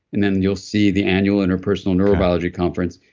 and then you'll see the annual interpersonal neurobiology conference.